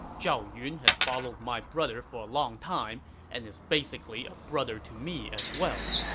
zhao yun has followed my brother for a long time and is basically a brother to me as well.